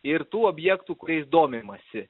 ir tų objektų kuriais domimasi